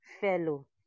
fellow